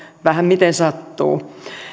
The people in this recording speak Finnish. vähän miten sattuu